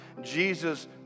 Jesus